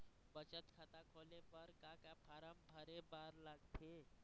बचत खाता खोले बर का का फॉर्म भरे बार लगथे?